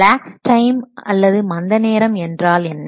lakhs time அல்லது மந்த நேரம் என்றால் என்ன